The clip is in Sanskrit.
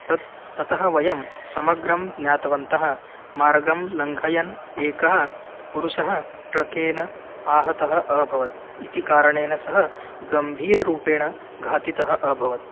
तत् ततः वयं समग्रं ज्ञा तवन्तः मार्गं लङ्घयन् एकः पुरुषः ट्रकेन आहतः अभवत् इति कारणेन सह गम्भीररूपेण घातितः अभवत्